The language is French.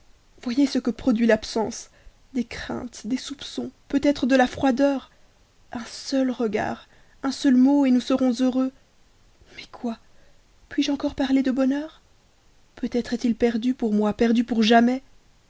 voyez ce que produit l'absence des craintes des soupçons peut-être de la froideur un seul regard un seul mot nous serons heureux mais quoi puis-je encore parler de bonheur peut-être est-il perdu pour moi perdu pour jamais